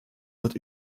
wird